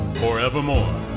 forevermore